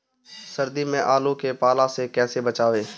सर्दी में आलू के पाला से कैसे बचावें?